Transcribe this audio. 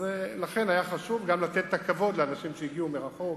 לכן היה חשוב גם לתת את הכבוד לאנשים שהגיעו מרחוק,